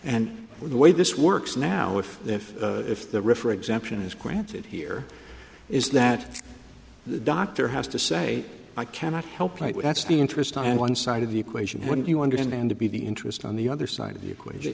and the way this works now if the if if the river exemption is granted here is that the doctor has to say i cannot help like that's the interest on one side of the equation what you understand to be the interest on the other side of the equation